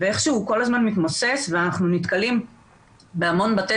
ואיכשהו הוא כל הזמן מתמוסס ואנחנו נתקלים בהמון בתי